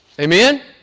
Amen